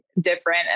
different